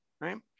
right